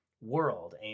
world